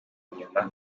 inyuma